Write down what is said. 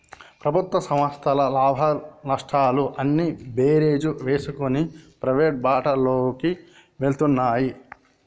ప్రభుత్వ సంస్థల లాభనష్టాలు అన్నీ బేరీజు వేసుకొని ప్రైవేటు బాటలోకి వెళ్తున్నాయి